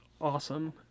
awesome